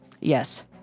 Yes